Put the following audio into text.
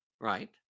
right